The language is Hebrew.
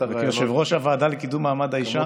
כיושב-ראש הוועדה לקידום מעמד האישה,